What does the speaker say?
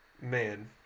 man